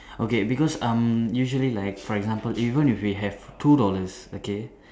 okay because um usually like for example even if you have two dollars okay